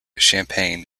champagne